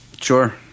Sure